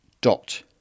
dot